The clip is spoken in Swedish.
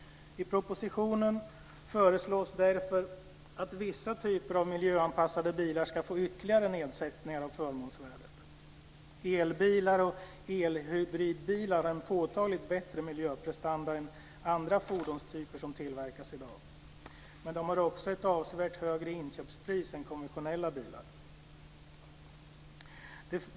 I propositionen föreslås därför att vissa typer av miljöanpassade bilar ska få ytterligare nedsättningar av förmånsvärdet. Elbilar och elhybridbilar har en påtagligt bättre miljöprestanda än andra fordonstyper som tillverkas i dag, men de har också ett avsevärt högre inköpspris än konventionella bilar.